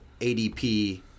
ADP